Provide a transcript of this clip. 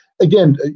again